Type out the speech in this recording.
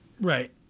Right